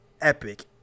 epic